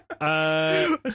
Uh-